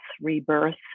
Rebirth